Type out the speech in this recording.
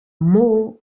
more